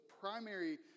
primary